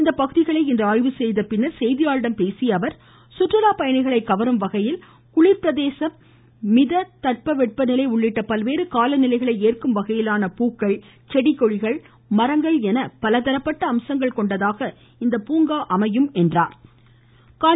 இப்பகுதிகளை இன்று ஆய்வு செய்த பின் செய்தியாளர்களிடம் பேசிய அவர் சுற்றுலா பயணிகளை கவரும் வகையில் குளிர் பிரதேசம் மித தட்பவெப்பநிலை உள்ளிட்ட பல்வேறு காலநிலைகளை ஏற்கும் வகையிலான பூக்கள் செடிகொடிகள் மரங்கள் என பலதரப்பட்ட அம்சங்கள் கொண்டதாக இந்த பூங்கா அமைய உள்ளதாக குறிப்பிட்டார்